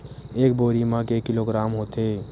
एक बोरी म के किलोग्राम होथे?